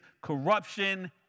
corruption